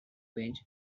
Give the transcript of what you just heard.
bench